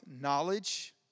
knowledge